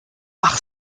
ach